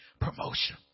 promotion